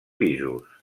pisos